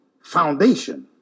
foundation